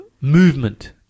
movement